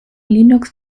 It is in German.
linux